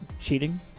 cheating